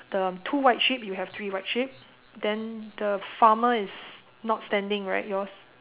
the two white sheep you have three white sheep then the farmer is not standing right yours